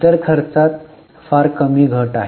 इतर खर्चात फारच कमी घट आहे